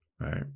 right